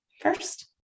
first